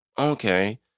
okay